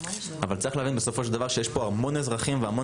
אבל צריך להבין בסופו של דבר שיש פה המון אזרחים והמון